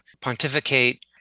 pontificate